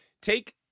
take